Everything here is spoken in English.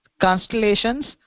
Constellations